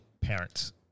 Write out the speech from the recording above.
parents